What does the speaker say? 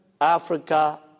Africa